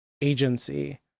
agency